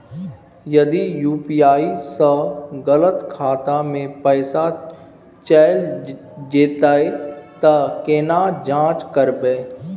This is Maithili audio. यदि यु.पी.आई स गलत खाता मे पैसा चैल जेतै त केना जाँच करबे?